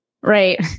Right